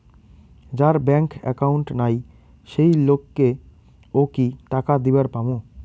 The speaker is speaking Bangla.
যার ব্যাংক একাউন্ট নাই সেই লোক কে ও কি টাকা দিবার পামু?